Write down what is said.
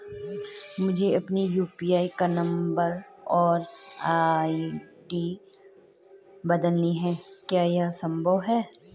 मुझे अपने यु.पी.आई का नम्बर और आई.डी बदलनी है क्या यह संभव है?